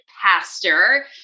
pastor